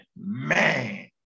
Man